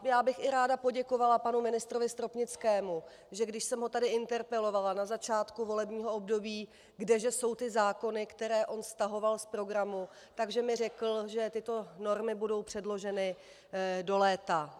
Já bych i ráda poděkovala panu ministrovi Stropnickému, že když jsem ho tady interpelovala na začátku volebního období, kde že jsou ty zákony, které on stahoval z programu, tak že mi řekl, že tyto normy budou předloženy do léta.